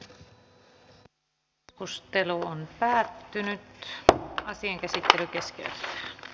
keskustelu päättyi ja asian käsittely keskeytettiin